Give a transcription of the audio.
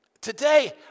today